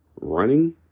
Running